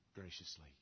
Graciously